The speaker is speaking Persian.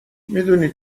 میدونی